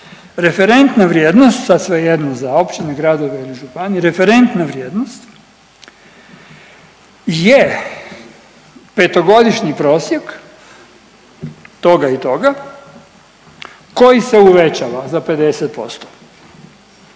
„Referenta vrijednost sad svejedno za općine, gradove ili županije, referentna vrijednost je petogodišnji prosjek toga i toga koji se uvećava za 50%.“